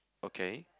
okay